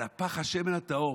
על פך השמן הטהור.